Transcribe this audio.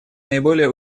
наиболее